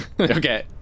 Okay